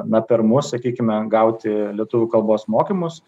na per mus sakykime gauti lietuvių kalbos mokymus